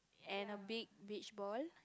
and a big beach ball